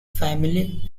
family